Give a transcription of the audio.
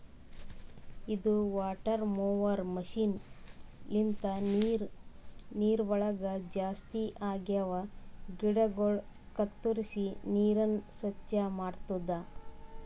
ಇದು water mower machine ಲಿಂತ ನೀರವಳಗ್ ಜಾಸ್ತಿ ಆಗಿವ ಗಿಡಗೊಳ ಕತ್ತುರಿಸಿ ನೀರನ್ನ ಸ್ವಚ್ಚ ಮಾಡ್ತುದ